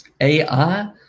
AI